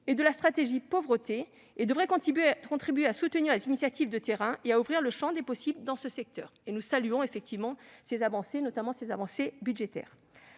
et de la « stratégie pauvreté » et devrait contribuer à soutenir les initiatives de terrain et à ouvrir le champ des possibles dans ce secteur. Nous saluons ces avancées, notamment sur le plan budgétaire.